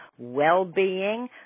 well-being